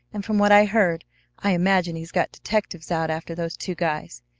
and from what i heard i imagine he's got detectives out after those two guys,